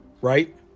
right